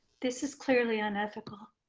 this is clearly unethical.